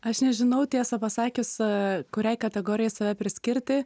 aš nežinau tiesą pasakius a kuriai kategorijai save priskirti